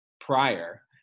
prior